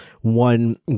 one